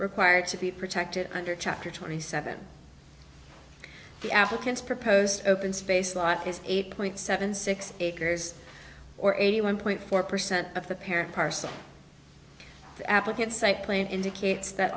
required to be protected under chapter twenty seven the africans proposed open space lot is eight point seven six acres or eighty one point four percent of the parent parcel applicant site plane indicates that